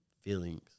feelings